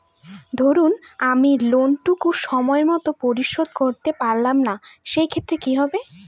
ধরুন আমি লোন টুকু সময় মত পরিশোধ করতে পারলাম না সেক্ষেত্রে কি হবে?